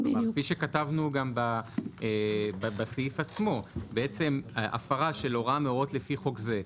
כפי שכתבנו גם בסעיף עצמו "הפרה של הוראה מהוראות לפי חוק זה".